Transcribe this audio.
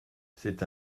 c’est